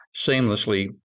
seamlessly